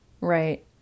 Right